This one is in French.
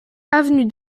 avenue